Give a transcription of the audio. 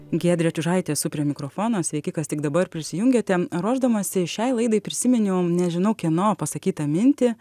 giedrė čiužaitė esu prie mikrofono sveiki kas tik dabar prisijungėte ruošdamasi šiai laidai prisiminiau nežinau kieno pasakytą mintį